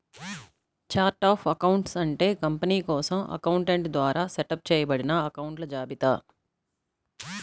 chart of accounts అంటే company కోసం accountant ద్వారా సెటప్ చేయబడిన అకొంట్ల జాబితా